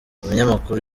umunyamakuru